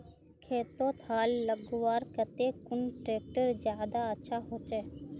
खेतोत हाल लगवार केते कुन ट्रैक्टर ज्यादा अच्छा होचए?